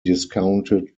discounted